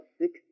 six